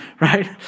Right